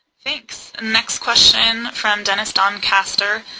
thanks. next question from dennis doncaster,